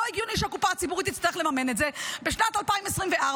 לא הגיוני שהקופה הציבורית תצטרך לממן את זה בשנת 2024,